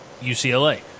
UCLA